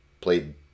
played